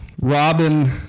Robin